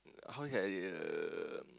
how to say I the